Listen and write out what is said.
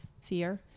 fear